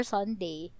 Sunday